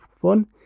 fun